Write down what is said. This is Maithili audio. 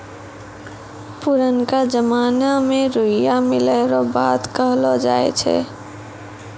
पुरनका जमाना मे रुइया मिलै रो बात कहलौ जाय छै